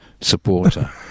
supporter